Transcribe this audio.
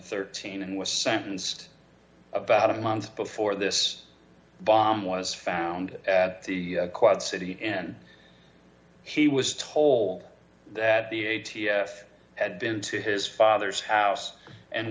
thirteen and was sentenced about a month before this bomb was found at the quad city n he was told that the a t f had been to his father's house and